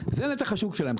זה נתח השוק שלהם,